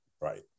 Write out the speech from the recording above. Right